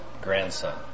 grandson